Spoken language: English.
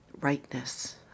rightness